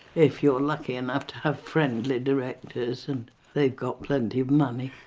if you're lucky enough to have friendly directors and they've got plenty of money,